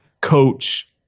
coach